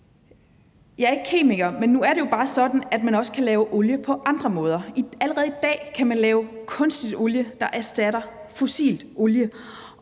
Jeg er ikke kemiker, men nu er det jo bare sådan, at man også kan lave olie på andre måder. Allerede i dag kan man lave kunstig olie, der erstatter fossil olie,